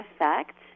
Effect